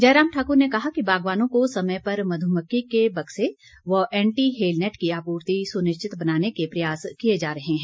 जयराम ठाकुर ने कहा कि बागवानों को समय पर मधुमक्खी के बक्से व एंटी हेलनेट की आपूर्ति सुनिश्चित बनाने के प्रयास किए जा रहे हैं